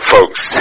Folks